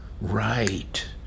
Right